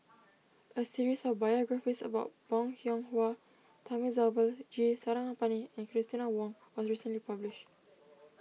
a series of biographies about Bong Hiong Hwa Thamizhavel G Sarangapani and Christina Ong was recently published